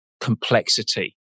complexity